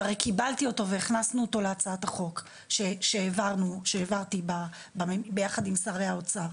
שהרי קיבלתי אותו והכנסנו אותו להצעת החוק שהעברתי ביחד עם שרי האוצר.